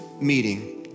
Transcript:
meeting